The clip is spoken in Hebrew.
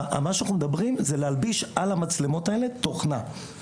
אנחנו מדברים על להלביש על המצלמות האלה תוכנה.